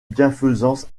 bienfaisance